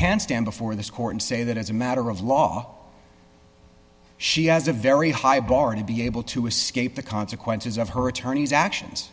can stand before this court and say that as a matter of law she has a very high bar to be able to escape the consequences of her attorney's actions